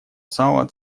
самого